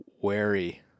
wary